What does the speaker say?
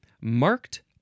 marked